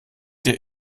dir